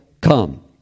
come